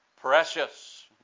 precious